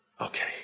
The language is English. Okay